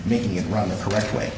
making it run the correct way